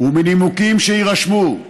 ומנימוקים שיירשמו,